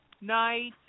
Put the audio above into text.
night